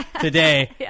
today